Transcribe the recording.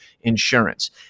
insurance